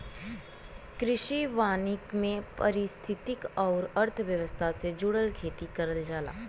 कृषि वानिकी में पारिस्थितिकी आउर अर्थव्यवस्था से जुड़ल खेती करल जाला